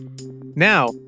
Now